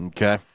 Okay